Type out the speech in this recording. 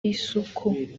isuku